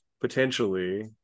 potentially